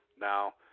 now